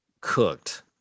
cooked